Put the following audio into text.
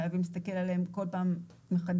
חייבים להסתכל עליהן כל פעם מחדש,